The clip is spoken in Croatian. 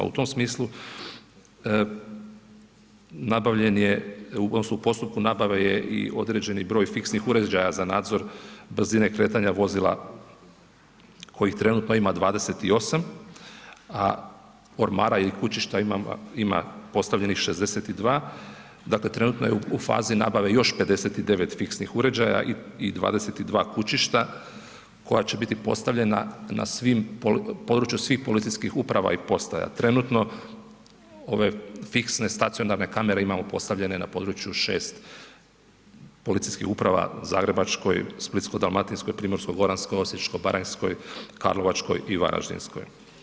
U tom smislu nabavljen je odnosno u postupku nabave je i određeni broj fiksnih uređaja za nadzor brzine kretanja vozila kojih trenutno ima 28, a ormara i kućišta ima postavljenih 62, dakle trenutno je u fazi nabave još 59 fiksnih uređaja i 22 kućišta koja će biti postavljena na području svih policijskih uprava i postaja, trenutno ove fiksne, stacionarne kamere imamo postavljene na području 6 policijskih uprava Zagrebačkoj, Splitsko-dalmatinskoj, Primorsko-goranskoj, Osječko-baranjskoj, Karlovačkoj i Varaždinskoj.